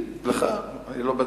לי, לך, אני לא בטוח.